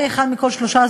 עם כל מה